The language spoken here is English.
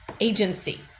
agency